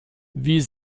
wie